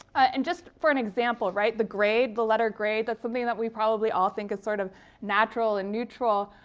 and just for an example, right, the grade, the letter grade, that's something that we probably all think is sort of natural and neutral.